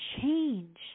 change